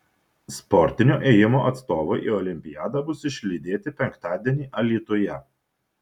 sportinio ėjimo atstovai į olimpiadą bus išlydėti penktadienį alytuje